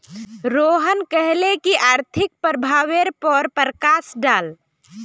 रोहन कहले की आर्थिक प्रभावेर पर प्रकाश डाल